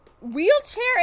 wheelchair